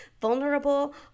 vulnerable